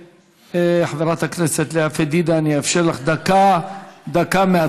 חברת הכנסת לאה פדידה, אאפשר לך דקה מהצד